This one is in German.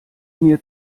mir